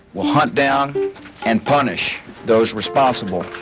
will hunt down and punish those responsible.